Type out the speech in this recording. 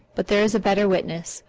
but there is a better witness,